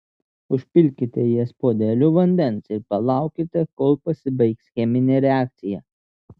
užpilkite jas puodeliu vandens ir palaukite kol pasibaigs cheminė reakcija